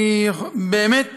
בעזרת השם.